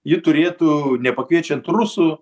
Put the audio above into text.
ji turėtų nepakeičiant rusų